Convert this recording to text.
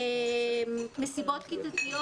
מסיבות כיתתיות.